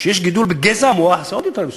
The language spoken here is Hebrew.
כשיש גידול בגזע המוח זה עוד יותר מסוכן.